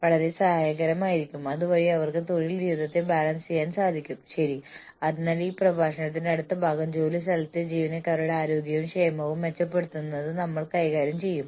അവ വളരെ സ്വയം വിശദീകരിക്കുന്നവയാണ് ഫോറത്തിലെ ഈ വിവരങ്ങളെക്കുറിച്ച് എന്നെ ബന്ധപ്പെടാൻ നിങ്ങൾക്ക് സ്വാഗതം ഇതിനെക്കുറിച്ച് ഞാൻ നിങ്ങളോട് പ്രതികരിക്കും